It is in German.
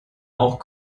auch